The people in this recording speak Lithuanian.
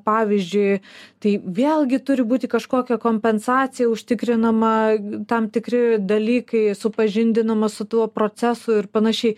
pavyzdžiui tai vėlgi turi būti kažkokia kompensacija užtikrinama tam tikri dalykai supažindinama su tuo procesu ir panašiai